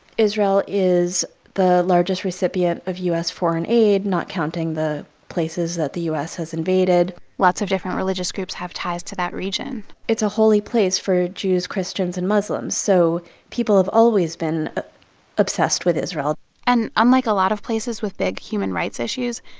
israel is the largest recipient of u s. foreign aid, not counting the places that the u s. has invaded lots of different religious groups have ties to that region it's a holy place for jews, christians and muslims. so people have always been obsessed with israel and unlike a lot of places with big human rights issues,